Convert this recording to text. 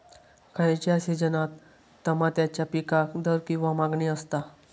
खयच्या सिजनात तमात्याच्या पीकाक दर किंवा मागणी आसता?